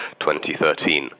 2013